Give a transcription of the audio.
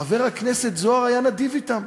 חבר הכנסת זוהר היה נדיב אתם.